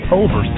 over